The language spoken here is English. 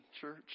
church